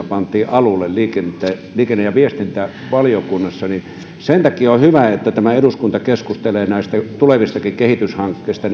pantiin alulle liikenne ja viestintävaliokunnassa sen takia on on hyvä että eduskunta keskustelee näistäkin tulevista kehityshankkeista